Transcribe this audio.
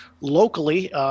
locally